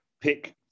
pick